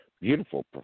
Beautiful